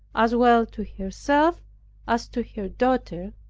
as well to herself as to her daughter,